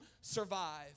survive